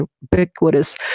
ubiquitous